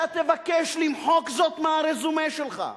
אתה תבקש למחוק זאת מהרזומה שלך,